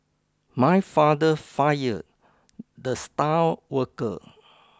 my father fired the star worker